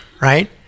right